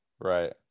Right